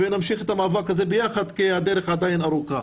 ונמשיך את המאבק הזה ביחד כי הדרך עדיין ארוכה.